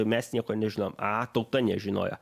mes nieko nežinom a tauta nežinojo